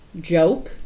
joke